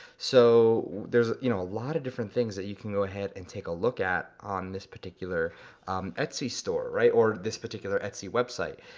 so there's you know a lot of different things that you can go ahead and take a look at on this particular etsy store, right, or this particular etsy website.